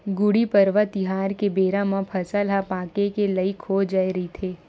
गुड़ी पड़वा तिहार के बेरा म फसल ह पाके के लइक हो जाए रहिथे